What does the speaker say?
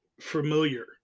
familiar